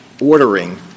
ordering